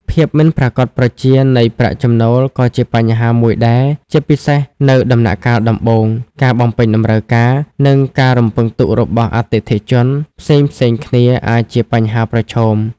ភាពមិនប្រាកដប្រជា នៃប្រាក់ចំណូលក៏ជាបញ្ហាមួយដែរ ជាពិសេសនៅដំណាក់កាលដំបូង។ ការ បំពេញតម្រូវការ និងការរំពឹងទុករបស់អតិថិជនផ្សេងៗគ្នា អាចជាបញ្ហាប្រឈម។